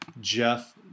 Jeff